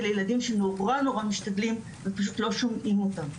אלה ילדים שנורא נורא משתדלים ופשוט לא שומעים אותם.